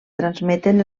transmeten